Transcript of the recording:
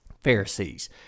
Pharisees